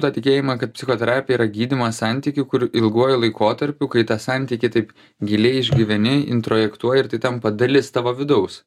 tą tikėjimą kad psichoterapija yra gydymas santykių kur ilguoju laikotarpiu kai tą santykį taip giliai išgyveni introjektuoji ir tai tampa dalis tavo vidaus